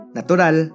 Natural